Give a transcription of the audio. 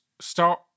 Start